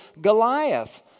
Goliath